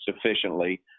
sufficiently